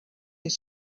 est